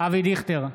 אבי דיכטר,